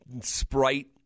Sprite